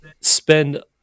spend